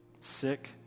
sick